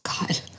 god